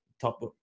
top